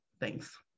thanks